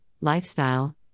lifestyle